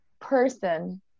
person